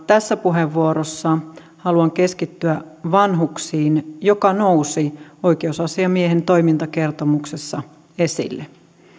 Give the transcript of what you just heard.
tässä puheenvuorossa haluan keskittyä vanhuksiin jotka nousivat oikeusasiamiehen toimintakertomuksessa esille